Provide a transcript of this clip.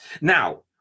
Now